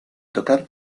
tocar